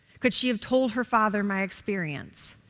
could she have told her father my experience?